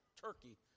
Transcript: Turkey